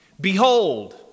Behold